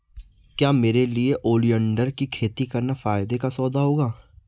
क्या मेरे लिए ओलियंडर की खेती करना फायदे का सौदा होगा?